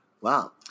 Wow